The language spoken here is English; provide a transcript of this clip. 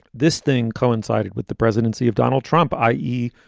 this thing coincided with the presidency of donald trump, i e.